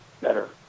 better